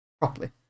Properly